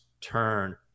turn